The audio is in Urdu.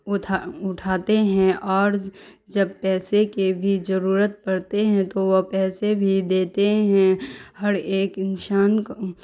اٹھاتے ہیں اور جب پیسے کے بھی جرورت پڑتے ہیں تو وہ پیسے بھی دیتے ہیں ہر ایک انسان